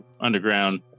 underground